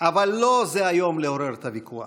אבל לא זה היום לעורר את הוויכוח.